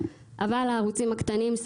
אבל הערוצים הקטנים,